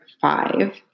five